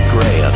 Gray